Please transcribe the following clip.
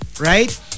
Right